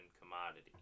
commodity